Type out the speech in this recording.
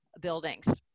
buildings